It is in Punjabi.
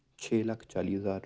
ਛੇ ਲੱਖ ਚਾਲੀ ਹਜ਼ਾਰ